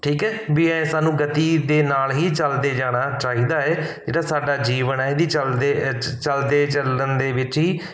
ਠੀਕ ਹੈ ਵੀ ਇਹ ਸਾਨੂੰ ਗਤੀ ਦੇ ਨਾਲ ਹੀ ਚਲਦੇ ਜਾਣਾ ਚਾਹੀਦਾ ਹੈ ਜਿਹੜਾ ਸਾਡਾ ਜੀਵਨ ਹੈ ਇਹਦੀ ਚਲਦੇ ਚਲਦੇ ਚਲਣ ਦੇ ਵਿੱਚ ਹੀ